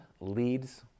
leads